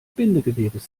bindegewebes